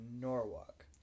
Norwalk